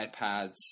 iPads